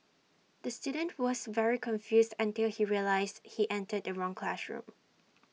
the student was very confused until he realised he entered the wrong classroom